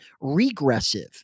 regressive